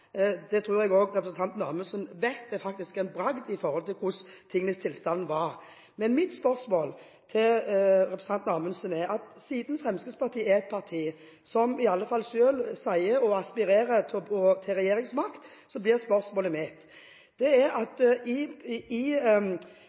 Det tror jeg også at representanten Amundsen vet var en bragd, i forhold til hva tingenes tilstand var. Siden Fremskrittspartiet er et parti som i alle fall selv sier at de aspirerer til regjeringsmakt, handler mitt spørsmål om det. Til Dagens Næringsliv uttalte representanten Amundsen: «Klimaskepsis er